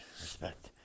respect